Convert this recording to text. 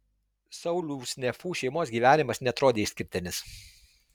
sauliaus nefų šeimos gyvenimas neatrodė išskirtinis